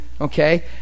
okay